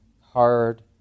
hard